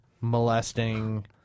molesting